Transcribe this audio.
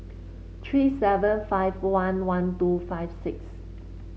three seven five one one two five six